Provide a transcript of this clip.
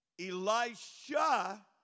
Elisha